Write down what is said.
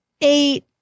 eight